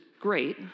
great